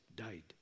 died